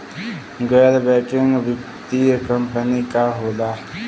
गैर बैकिंग वित्तीय कंपनी का होला?